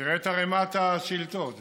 תראה את ערימת השאילתות ותבין.